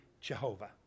Jehovah